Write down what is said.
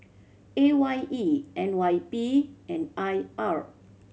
A Y E N Y P and I R